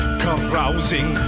carousing